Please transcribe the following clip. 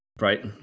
right